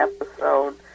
episode